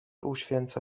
uświęca